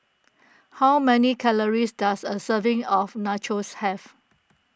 how many calories does a serving of Nachos have